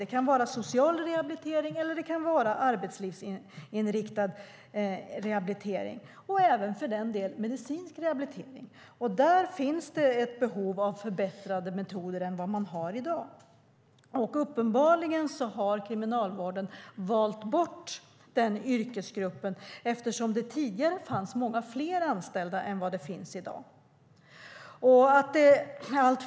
Det kan vara social rehabilitering eller arbetslivsinriktad rehabilitering och även, för den delen, medicinsk rehabilitering. Där finns det ett behov av förbättrade metoder i förhållande till vad man har i dag. Uppenbarligen har Kriminalvården valt bort denna yrkesgrupp, för tidigare fanns det många fler sådana anställda än i dag.